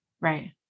Right